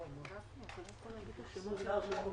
האם את יכולה לספר את הסיפור שלך?